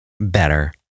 better